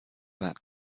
that